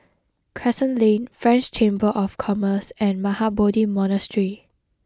Crescent Lane French Chamber of Commerce and Mahabodhi Monastery